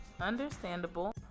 Understandable